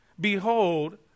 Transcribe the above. Behold